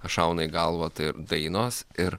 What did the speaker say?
šauna į galvą tai dainos ir